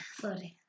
sorry